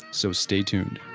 so stay tuned